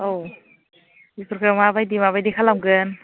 औ बेफोरखौ माबायदि माबायदि खालामगोन